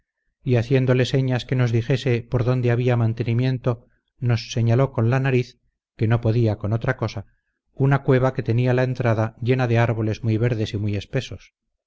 y haciéndole señas que nos dijese dónde había mantenimiento nos señaló con la nariz que no podía con otra cosa una cueva que tenía la entrada llena de árboles muy verdes y muy espesos